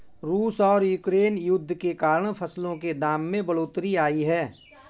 रूस और यूक्रेन युद्ध के कारण फसलों के दाम में बढ़ोतरी आई है